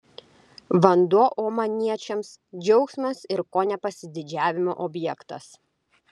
vanduo omaniečiams džiaugsmas ir kone pasididžiavimo objektas